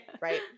Right